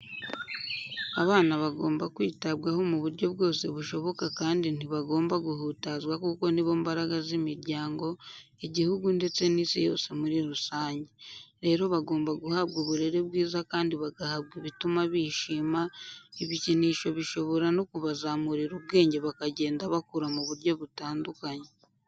Abana bagomba kwitabwaho mu buryo bwose bushoboka kandi ntibagomba guhutazwa kuko ni bo mbaraga z'imiryango, igihugu ndetse n'Isi yose muri rusange. Rero bagomba guhabwa uburere bwiza kandi bagahabwa ibituma bishima, ibikinisho bishobora no kubazamurira ubwenge bakagenda bakura mu buryo butandukanye.